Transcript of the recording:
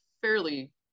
fairly